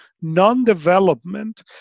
non-development